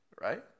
right